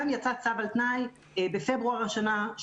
גם יצא צו על תנאי בפברואר השנה,